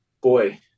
boy